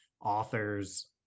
authors